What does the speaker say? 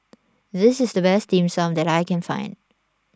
this is the best Dim Sum that I can find